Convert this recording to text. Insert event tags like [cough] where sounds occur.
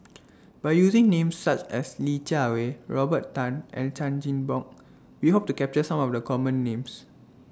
[noise] By using Names such as Li Jiawei Robert Tan and Chan Chin Bock We Hope to capture Some of The Common Names